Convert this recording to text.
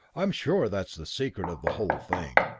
i'm sure that's the secret of the whole thing.